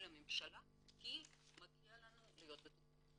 של הממשלה כי מגיע לנו להיות בטוחות.